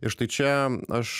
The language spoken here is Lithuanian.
ir štai čia aš